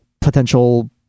potential